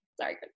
Sorry